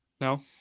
no